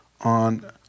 on